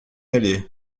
aller